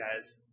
guys